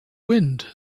wind